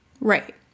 Right